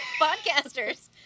podcasters